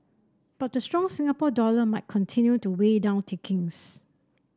but the strong Singapore dollar might continue to weigh down takings